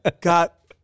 got